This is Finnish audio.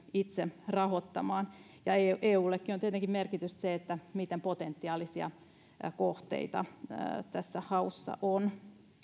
itse rahoittamaan ja eullekin on tietenkin merkitystä sillä miten potentiaalisia kohteita tässä haussa on